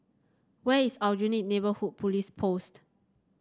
where is Aljunied Neighbourhood Police Post